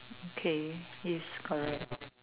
okay yes correct